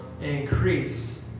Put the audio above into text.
Increase